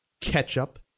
ketchup